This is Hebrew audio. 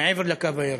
מעבר לקו הירוק.